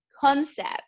concept